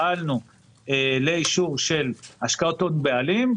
פעלנו לאישור של השקעת הון בעלים.